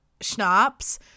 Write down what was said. schnapps